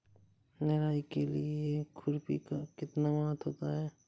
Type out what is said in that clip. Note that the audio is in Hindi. निराई के लिए खुरपी का कितना महत्व होता है?